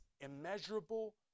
immeasurable